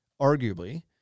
arguably